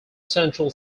central